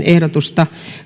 ehdotusta